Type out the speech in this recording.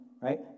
right